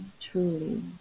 truly